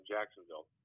Jacksonville